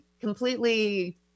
completely